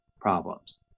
problems